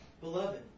Beloved